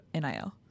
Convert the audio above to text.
NIL